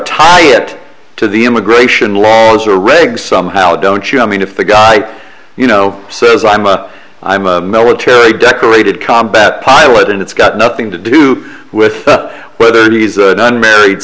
tie it to the immigration laws or regs somehow don't you i mean if the guy you know says i'm a i'm a military decorated combat pilot and it's got nothing to do with whether he's an unmarried